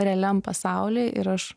realiam pasauly ir aš